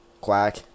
Quack